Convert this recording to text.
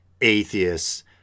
atheists